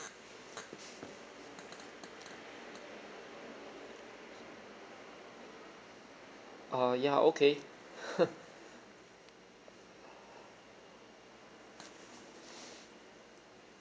orh ya okay